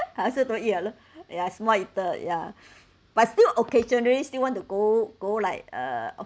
I also don't eat lot ya small eater ya but still occasionally still want to go go like uh